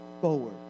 forward